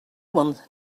one